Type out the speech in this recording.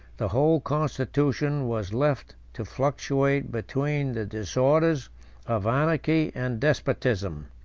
the whole constitution was left to fluctuate between the disorders of anarchy and despotism.